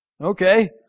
Okay